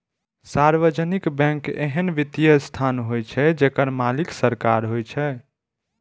सार्वजनिक बैंक एहन वित्तीय संस्थान होइ छै, जेकर मालिक सरकार होइ छै